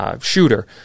shooter